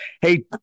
Hey